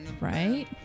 Right